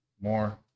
more